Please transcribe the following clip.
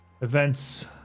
events